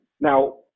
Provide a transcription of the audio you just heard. Now